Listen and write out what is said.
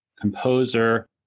composer